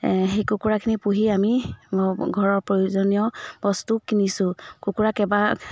সেই কুকুৰাখিনি পুহি আমি ঘৰৰ প্ৰয়োজনীয় বস্তু কিনিছো কুকুৰা কেইবা